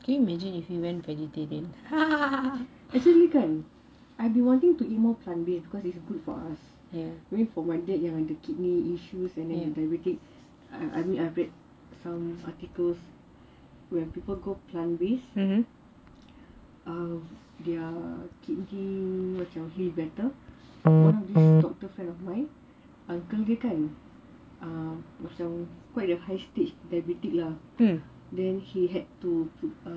actually kan I've been wanting to eat more plant based because it's good for us yes I mean yes for my dad yes the kidney issues and then the diabetic I mean I read some articles where people go plant based um their kidney macam feel better one of it is a friend of mine uncle dia kan macam quite a high stage diabetic lah then he had to err inject insulin